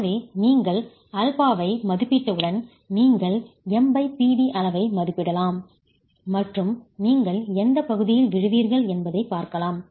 எனவே நீங்கள் ஆல்பாவை மதிப்பிட்டவுடன் நீங்கள் MPd அளவை மதிப்பிடலாம் மற்றும் நீங்கள் எந்தப் பகுதியில் விழுவீர்கள் என்பதைப் பார்க்கலாம்